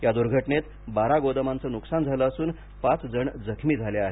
या दुर्घटनेत बारा गोदामांच नुकसान झालं असून पाच जण जखमी झाले आहेत